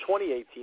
2018